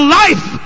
life